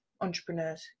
entrepreneurs